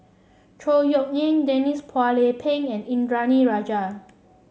Chor Yeok Eng Denise Phua Lay Peng and Indranee Rajah